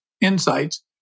insights